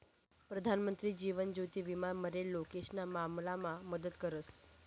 प्रधानमंत्री जीवन ज्योति विमा मरेल लोकेशना मामलामा मदत करस